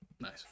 Nice